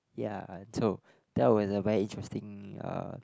ya and so that was a very interesting uh